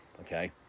okay